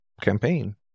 campaign